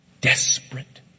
desperate